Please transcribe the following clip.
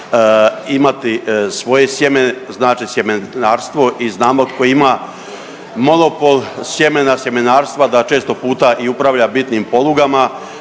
imati svoje sjeme, znači sjemenarstvo i znamo tko ima monopol sjemena, sjemenarstva da često puta i upravlja bitnim polugama.